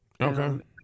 Okay